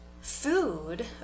food